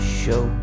show